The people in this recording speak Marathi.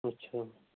अच्छा